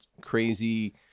crazy